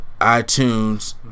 itunes